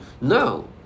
No